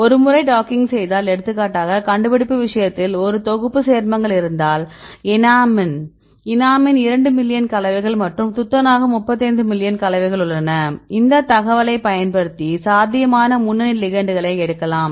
ஒருமுறை டாக்கிங் செய்தால் எடுத்துக்காட்டாக கண்டுபிடிப்பு விஷயத்தில் ஒரு தொகுப்பு சேர்மங்கள் இருந்தால் எனாமினில் இரண்டு மில்லியன் கலவைகள் மற்றும் துத்தநாகம் 35 மில்லியன் கலவைகள் உள்ளன இந்த தகவலைப் பயன்படுத்தி சாத்தியமான முன்னணி லிகெண்ட்களை எடுக்கலாம்